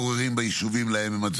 לך.